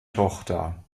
tochter